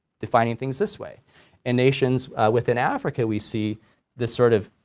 defining things this way and nations within africa we see this sort of